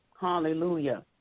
hallelujah